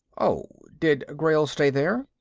oh, did grayl stay there?